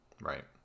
Right